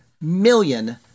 million